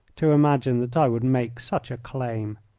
to imagine that i would make such a claim.